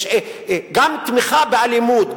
יש תמיכה באלימות,